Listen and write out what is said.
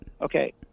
Okay